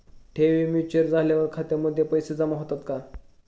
ठेवी मॅच्युअर झाल्यावर खात्यामध्ये पैसे जमा होतात का?